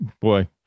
Boy